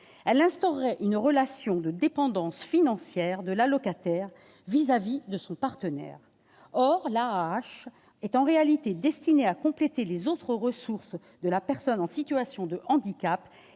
Elle instaurerait une relation de dépendance financière de l'allocataire à l'égard de son partenaire. Or, en réalité, l'AAH est destinée à compléter les autres ressources de la personne en situation de handicap